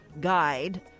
guide